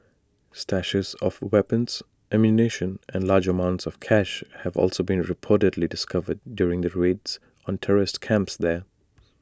stashes of weapons ammunition and large amounts of cash have also been reportedly discovered during raids on terrorist camps there